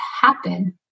happen